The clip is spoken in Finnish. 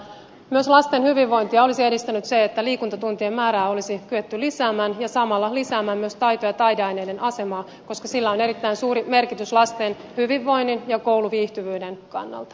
myös lasten hyvinvointia olisi edistänyt se että liikuntatuntien määrää olisi kyetty lisäämään ja samalla lisäämään myös taito ja taideaineiden asemaa koska sillä on erittäin suuri merkitys lasten hyvinvoinnin ja kouluviihtyvyyden kannalta